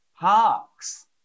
parks